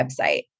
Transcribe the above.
website